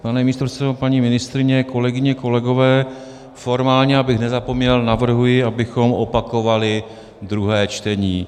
Pane místopředsedo, paní ministryně, kolegyně, kolegové, formálně, abych nezapomněl, navrhuji, abychom opakovali druhé čtení.